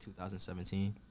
2017